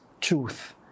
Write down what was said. truth